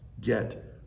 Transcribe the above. get